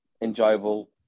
enjoyable